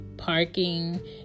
Parking